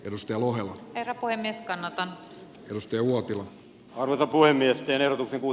perusteluna erakkoenis kannata edusti uotila avata puhemies eero sivu